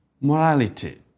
morality